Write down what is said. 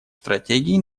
стратегий